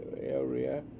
area